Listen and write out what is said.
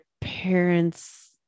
parents